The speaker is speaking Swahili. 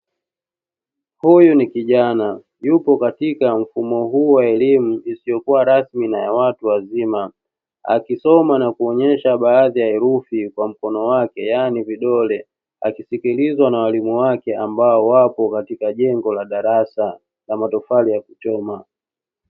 Huyu ni kijana yupo katika mfumo huo wa elimu isiyokua rasmi na ya watu wazima, akisoma na kuonyesha baadhi ya herufi kwa mkono wake yaani vidole. Akisikilizwa na walimu wake ambao wapo katika jengo la darasa, la matofali ya kuchoma.